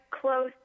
close